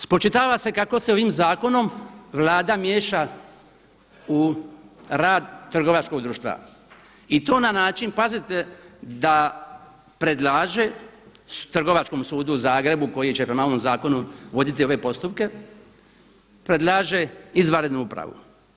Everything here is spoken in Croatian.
Spočitava se kako se ovim zakonom Vlada miješa u rad trgovačkog društva i to na način pazite da predlaže Trgovačkom sudu u Zagrebu koji će prema ovom zakonu voditi ove postupke, predlaže izvanrednu upravu.